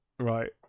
right